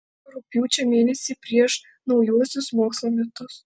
rugpjūčio mėnesį prieš naujuosius mokslo metus